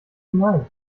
hinein